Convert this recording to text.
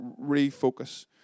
refocus